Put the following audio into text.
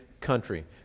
country